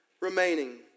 remaining